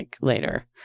later